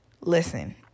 Listen